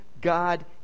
God